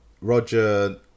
Roger